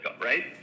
right